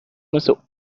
مثل